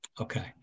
okay